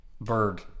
Bird